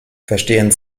verstehen